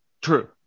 True